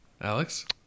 alex